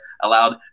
allowed –